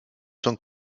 sont